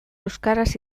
euskaraz